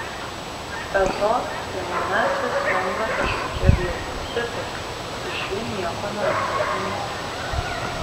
be to prie manęs vis lenda kažkokie bjaurūs tipai iš jų nieko nenoriu imti